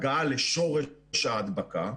הגעה לשורש ההדבקה,